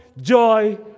joy